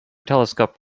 telescope